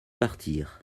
partir